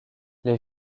les